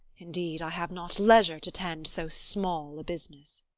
indeed, i have not leisure to tend so small a business.